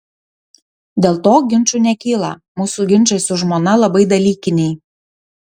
dėl to ginčų nekyla mūsų ginčai su žmona labai dalykiniai